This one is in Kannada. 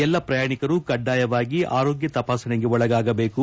ಎಲ್ಲಾ ಪ್ರಯಾಣಿಕರು ಕಡ್ಡಾಯವಾಗಿ ಆರೋಗ್ಯ ತಪಾಸಣೆಗೆ ಒಳಗಾಗಬೇಕು